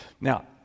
Now